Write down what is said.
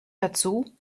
dazu